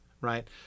Right